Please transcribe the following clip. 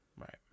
Right